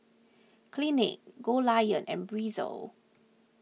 Clinique Goldlion and Breezer